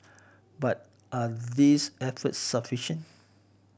but are these efforts sufficient